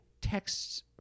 texts